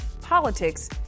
politics